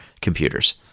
computers